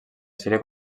seria